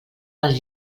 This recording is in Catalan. les